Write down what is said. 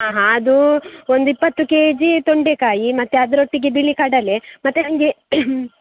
ಹಾಂ ಹಾಂ ಅದು ಒಂದು ಇಪ್ಪತ್ತು ಕೆ ಜಿ ತೊಂಡೆಕಾಯಿ ಮತ್ತೆ ಅದರೊಟ್ಟಿಗೆ ಬಿಳಿ ಕಡಲೆ ಮತ್ತೆ ನನ್ಗೆ